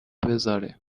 بذاره